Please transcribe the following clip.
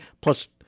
plus